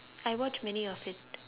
I watched many of it